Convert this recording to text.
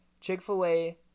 chick-fil-a